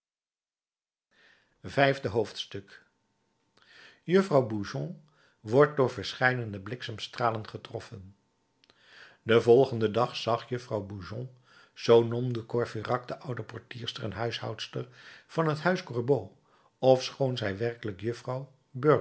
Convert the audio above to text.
vijfde hoofdstuk juffrouw bougon wordt door verscheidene bliksemstralen getroffen den volgenden dag zag juffrouw bougon zoo noemde courfeyrac de oude portierster en huishoudster van het huis gorbeau ofschoon zij werkelijk juffrouw